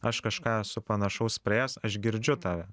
aš kažką esu panašaus praėjęs aš girdžiu tave